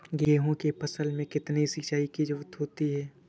गेहूँ की फसल में कितनी सिंचाई की जरूरत होती है?